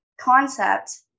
concept